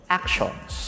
actions